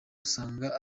usanga